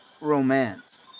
romance